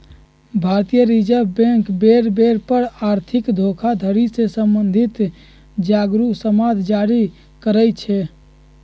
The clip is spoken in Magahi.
भारतीय रिजर्व बैंक बेर बेर पर आर्थिक धोखाधड़ी से सम्बंधित जागरू समाद जारी करइ छै